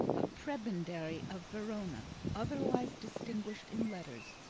a prebendary of verona, otherwise distinguished in letters,